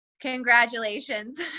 Congratulations